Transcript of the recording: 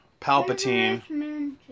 Palpatine